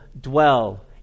dwell